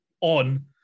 on